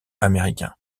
américain